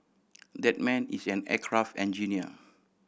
that man is an aircraft engineer